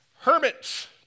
Hermits